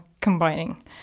combining